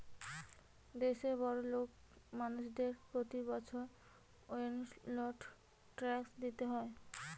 দেশের বড়োলোক মানুষদের প্রতি বছর ওয়েলথ ট্যাক্স দিতে হয়